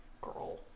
Girl